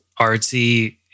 artsy